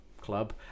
Club